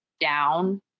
down